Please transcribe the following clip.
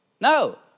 No